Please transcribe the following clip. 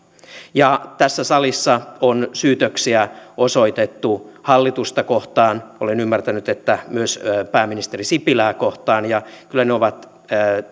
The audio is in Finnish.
tässä salissa on syytöksiä osoitettu hallitusta kohtaan olen ymmärtänyt että myös pääministeri sipilää kohtaan kyllä ne ovat